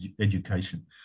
education